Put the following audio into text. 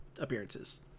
appearances